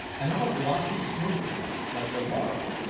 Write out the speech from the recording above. and of a glossy smoothness, like the laurel.